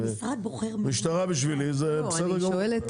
משטרה בשבילי זה בסדר גמור.